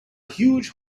huge